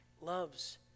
loves